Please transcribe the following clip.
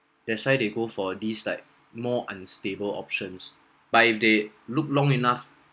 that's why they go for this like more unstable options but if they look long enough